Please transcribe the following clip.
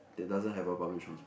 that doesn't have a public trans~